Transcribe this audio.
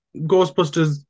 Ghostbusters